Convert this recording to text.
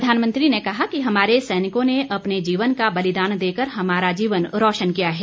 प्रधानमंत्री ने कहा कि हमारे सैनिकों ने अपने जीवन का बलिदान देकर हमारा जीवन रोशन किया है